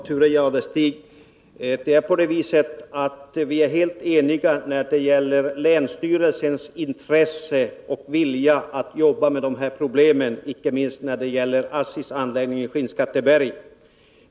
Herr talman! Vi är helt eniga, Thure Jadestig, när det gäller länsstyrelsens intresse och vilja att jobba med de här problemen, icke minst i fråga om ASSI:s anläggning i Skinnskatteberg.